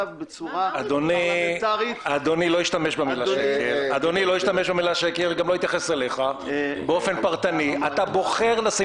שהדבר הזה הוא לא מקובל, הוא לא מוכר לחבר